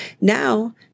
Now